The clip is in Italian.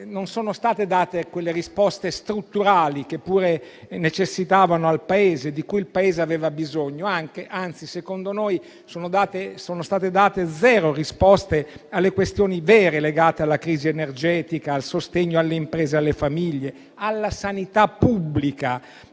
non sono state date quelle risposte strutturali, che pure necessitavano e di cui il Paese aveva bisogno. Anzi, secondo noi sono state date zero risposte alle questioni vere, legate alla crisi energetica, al sostegno alle imprese e alle famiglie, alla sanità pubblica,